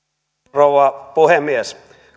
rouva puhemies